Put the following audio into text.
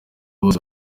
bose